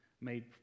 made